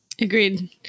Agreed